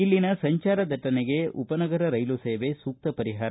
ಇಲ್ಲಿನ ಸಂಚಾರ ದಟ್ಟಣೆಗೆ ಉಪನಗರ ರೈಲು ಸೇವೆ ಸೂಕ್ತ ಪರಿಹಾರ